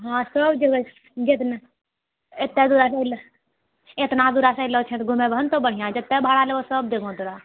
हँ सब जगह गेलो छी एत्ता दूरसऽ एतना दूरसऽ अइलो छियै तऽ घुमेबहो नऽ तोँ बढ़िया से जते भाड़ा लेबहो सब देबौं तोरा